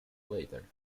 later